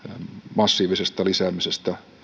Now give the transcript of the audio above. massiivisesta lisäämisestä